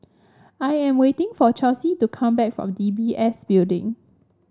I am waiting for Chelsi to come back from D B S Building